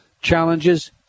challenges